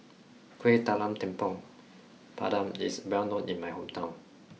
kueh talam tepong pandan is well known in my hometown